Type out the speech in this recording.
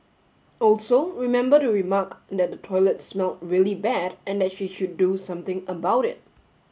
also remember to remark that the toilet smelled really bad and that she should do something about it